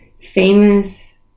famous